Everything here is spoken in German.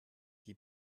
die